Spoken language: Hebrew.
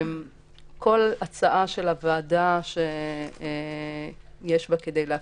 כל הצעה של הוועדה שיש בה כדי להפחית,